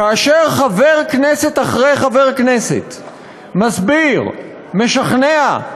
כאשר חבר כנסת אחרי חבר כנסת מסביר, משכנע,